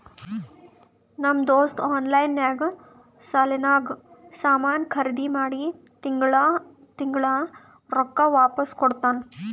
ನಮ್ ದೋಸ್ತ ಆನ್ಲೈನ್ ನಾಗ್ ಸಾಲಾನಾಗ್ ಸಾಮಾನ್ ಖರ್ದಿ ಮಾಡಿ ತಿಂಗಳಾ ತಿಂಗಳಾ ರೊಕ್ಕಾ ವಾಪಿಸ್ ಕೊಡ್ತಾನ್